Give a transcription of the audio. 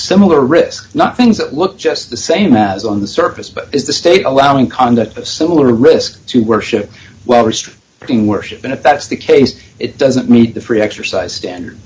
similar risk not things that look just the same as on the surface but is the state allowing conduct of similar risk to worship whether street being worship and if that's the case it doesn't meet the free exercise standard